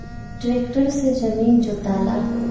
tractor से जमीन जोताला